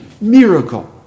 Miracle